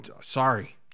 Sorry